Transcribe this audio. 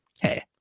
hey